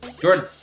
jordan